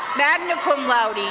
magna cum laude, and